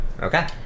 Okay